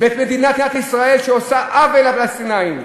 ואת מדינת ישראל שעושה עוול לפלסטינים,